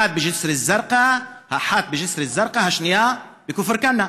אחת בג'יסר א-זרקא, השנייה בכפר כנא.